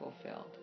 fulfilled